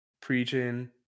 preaching